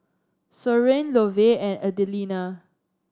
Soren Lovey and Adelina